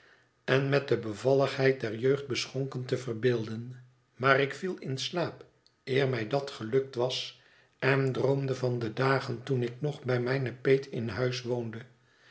en met de bevalligheid der jeugd beschonken te verbeelden maar ik viel in slaap eer mij dat gelukt was en droomde van de dagen toen ik nog bij mijne peet in huis woonde